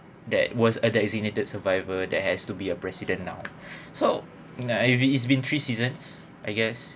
that was a designated survivor that has to be a president now so now if it's been three seasons I guess